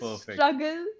struggle